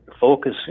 focus